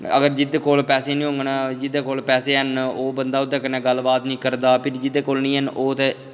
अगर जेह्दे कोल पैहे निं होङन जेह्दे कोल पैहे हैन बंदा ओह्दै कन्नै गल्ल बात निं करदा जेह्दे कोल निं हैन ओह् ते